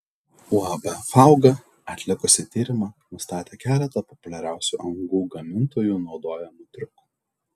uab fauga atlikusi tyrimą nustatė keletą populiariausių angų gamintojų naudojamų triukų